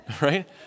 Right